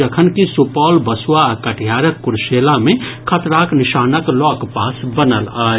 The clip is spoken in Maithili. जखनकि सुपौलक बसुआ आ कटिहारक कुर्सेला मे खतराक निशानक लऽगपास बनल अछि